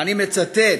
ואני מצטט,